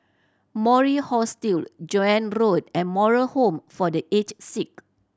Mori Hostel Joan Road and Moral Home for The Aged Sick